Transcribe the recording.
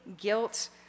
guilt